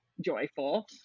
joyful